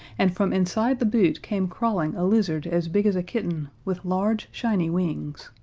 and from inside the boot came crawling a lizard as big as a kitten, with large, shiny wings.